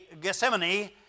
Gethsemane